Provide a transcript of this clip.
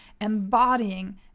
embodying